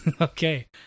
Okay